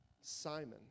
Simon